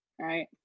Right